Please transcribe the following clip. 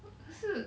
可是